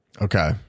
Okay